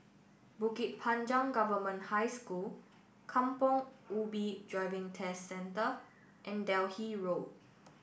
Bukit Panjang Government High School Kampong Ubi Driving Test Centre and Delhi Road